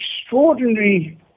extraordinary